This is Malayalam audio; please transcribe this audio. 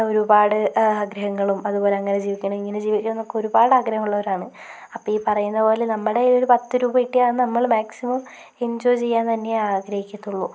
ഒരുപാട് ആഗ്രഹങ്ങളും അതുപോലെ അങ്ങനെ ജീവിക്കണം ഇങ്ങനെ ജീവിക്കണമെന്നൊക്കെ ഒരുപാട് ആഗ്രഹം ഉള്ളവരാണ് അപ്പോൾ ഈ പറയുന്നപോലെ നമ്മുടെ ഈ ഒരു പത്ത് രൂപ കിട്ടിയാൽ അത് നമ്മൾ മാക്സിമം എൻജോയ് ചെയ്യാൻ തന്നെയാണ് ആഗ്രഹിക്കത്തുള്ളൂ